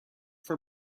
for